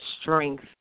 strength